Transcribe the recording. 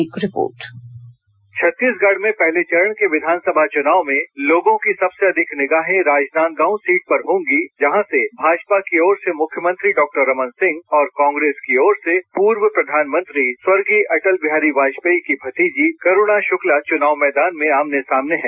एक रिपोर्ट छत्तीसगढ़ में पहले चरण के विधानसभा चुनाव में लोगों की सबसे अधिक निगाहें राजनांदगांव सीट पर होंगी जहां से भाजपा की ओर से मुख्यमंत्री डॉक्टर रमन सिंह और कांग्रेस की ओर से पूर्व प्रधानमंत्री स्वर्गीय अटल विहारी वाजपेयी की भतीजी करूणा शुक्ला चुनाव मैदान में आमने सामने है